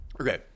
Okay